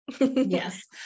Yes